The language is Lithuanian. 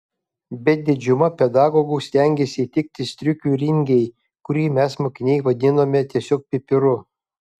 bet didžiuma pedagogų stengėsi įtikti striukiui ringei kurį mes mokiniai vadinome tiesiog pipiru